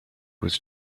was